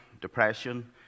depression